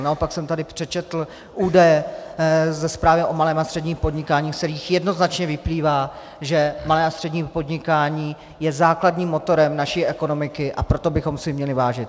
Naopak jsem tady přečetl údaje ze zprávy o malém a středním podnikání, z kterých jednoznačně vyplývá, že malé a střední podnikání je základním motorem naší ekonomiky, a proto bychom si ho měli vážit.